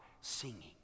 singing